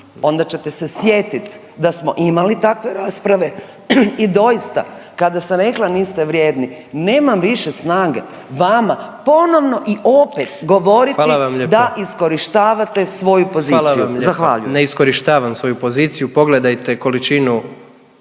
onda ćete se sjetit da smo imali takve rasprave i doista kada sam rekla niste vrijedni, nemam više snage, vama ponovno i opet govoriti…/Upadica predsjednik: Hvala vam lijepa./…da iskorištavate svoju poziciju…/Upadica